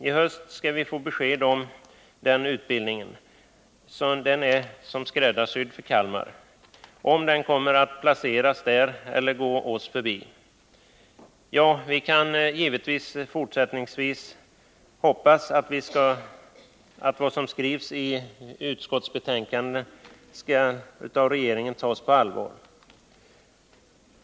I höst skall vi få besked om huruvida denna utbildning — som är som skräddarsydd för Kalmar — kommer att placeras där eller gå oss förbi. Ja, vi kan givetvis fortfarande hoppas att vad som skrivs i utskottsbetänkandet av regeringen skall tas på allvar.